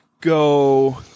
go